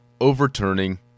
overturning